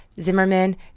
Zimmerman